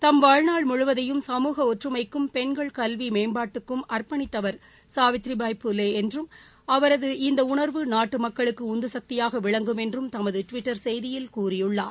தம் வாழ்நாள் முழுவதையும் சமூக ஒற்றுமைக்கும் பெண்கள் கல்வி மேம்பாட்டுக்கும் அர்ப்பணித்தவர் சாவிதிபாய் பூலே என்றும் அவரது இந்த உணர்வு நாட்டு மக்களுக்கு உந்து சக்தியாக விளங்கும் என்றும் தமது டுவிட்டர் செய்தியில் கூறியுள்ளார்